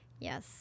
Yes